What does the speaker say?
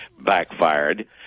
backfired